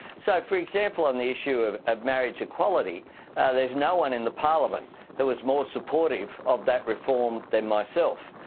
so for example on the issue of ah marriage equality there's no one in the parliament who is more supportive of that reform than myself.